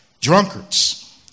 drunkards